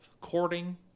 courting